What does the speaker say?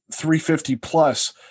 350-plus